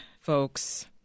folks